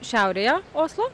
šiaurėje oslo